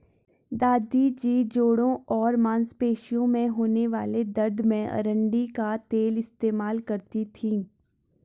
दादी जी जोड़ों और मांसपेशियों में होने वाले दर्द में अरंडी का तेल इस्तेमाल करती थीं